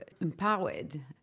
empowered